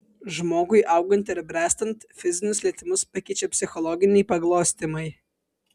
žmogui augant ir bręstant fizinius lietimus pakeičia psichologiniai paglostymai